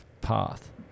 path